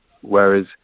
whereas